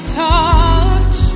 touch